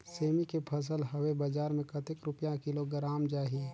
सेमी के फसल हवे बजार मे कतेक रुपिया किलोग्राम जाही?